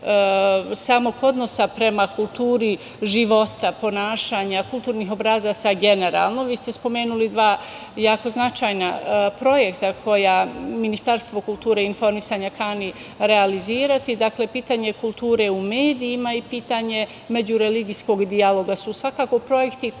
samog odnosa prema kulturi života, ponašanja, kulturnih obrazaca generalno. Vi ste spomenuli dva jako značajna projekta koja Ministarstvo kulture i informisanja kani realizirati. Dakle, pitanje kulture u medijima i pitanje međureligijskog dijaloga su svakako projekti koji